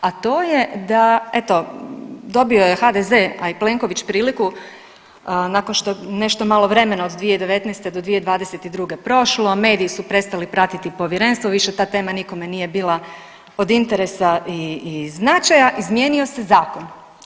A to je da eto dobio je HDZ, a Plenković priliku nakon što, nešto malo vremena od 2019. do 2022. prošlo, mediji su prestali pratiti povjerenstvo, više ta tema nikome nije bila od interesa i značaja, izmijenio se zakon.